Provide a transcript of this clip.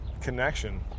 connection